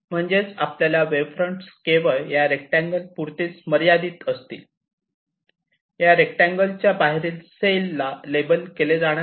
म्हणजेच आपल्या wave fronts केवळ या रेक्टांगल पुरतीच मर्यादित असतील या रेक्टांगल च्या बाहेरील सेल ला लेबल केले जाणार नाही